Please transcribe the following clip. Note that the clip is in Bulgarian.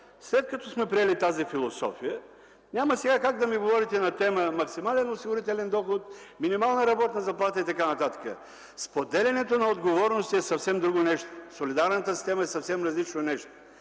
След като сме приели тази философия, няма сега как да ми говорите на тема максимален осигурителен доход, минимална работна заплата и така нататък. Споделянето на отговорностите е съвсем друго нещо, солидарната система е съвсем различно нещо.